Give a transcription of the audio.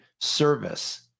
service